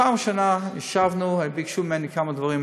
בפעם הראשונה ישבנו וביקשו מהם כמה דברים,